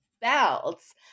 belts